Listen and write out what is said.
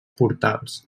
portals